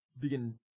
begin